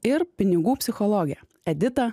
ir pinigų psichologe edita